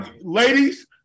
Ladies